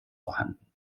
vorhanden